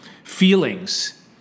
feelings